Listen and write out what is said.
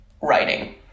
writing